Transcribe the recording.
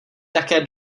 také